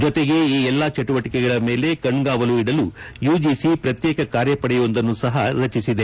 ಜತೆಗೆ ಈ ಎಲ್ಲಾ ಚಟುವಟಿಕೆಗಳ ಮೇಲೆ ಕಣ್ಗಾವಲು ಇಡಲು ಯುಜಿಸಿ ಪ್ರತ್ಯೇಕ ಕಾರ್ಯಪಡೆಯೊಂದನ್ನು ಸಹ ರಚಿಸಿದೆ